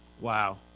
Wow